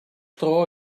dro